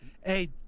Hey